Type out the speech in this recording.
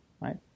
right